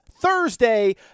thursday